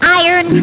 iron